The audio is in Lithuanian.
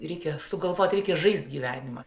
reikia sugalvoti reikia žaist gyvenimą